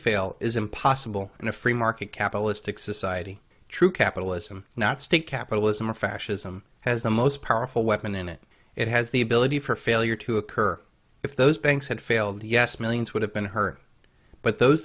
fail is impossible in a free market capitalist exciting true capitalism not state capitalism or fascism has the most powerful weapon in it it has the ability for failure to occur if those banks had failed yes millions would have been hurt but those